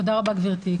תודה רבה, גברתי.